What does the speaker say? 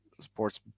sports